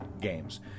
games